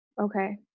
Okay